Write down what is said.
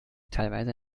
teilweise